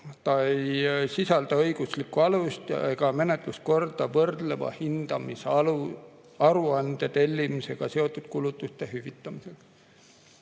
see ei sisalda õiguslikku alust ega menetluskorda võrdleva hindamise aruande tellimisega seotud kulutuste hüvitamiseks.